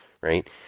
right